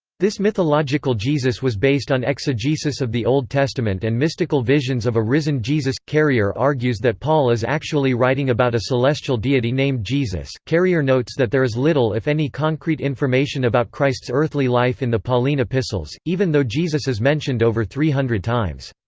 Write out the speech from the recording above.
this mythological jesus was based on exegesis of the old testament and mystical visions of a risen jesus carrier argues that paul is actually writing about a celestial deity named jesus carrier notes that there is little if any concrete information about christ's earthly life in the pauline epistles, even though jesus is mentioned over three hundred times.